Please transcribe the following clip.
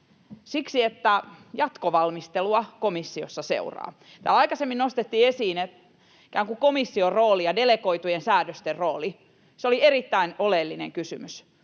Siksi, että jatkovalmistelua komissiossa seuraa. Täällä aikaisemmin nostettiin esiin komission rooli ja delegoitujen säädösten rooli. Se oli erittäin oleellinen kysymys.